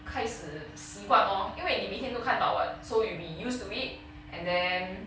开始习惯 lor 因为你每天都看到 [what] so you will be used to it and then